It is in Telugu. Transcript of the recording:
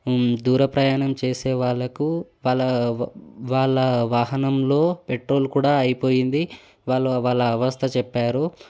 దూర ప్రయాణం చేసే వాళ్ళకు వాళ్ళా వాహనంలో పెట్రోల్ కూడా అయిపోయింది వాళ్ళు వాళ్ళ అవస్థ చెప్పారు